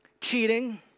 cheating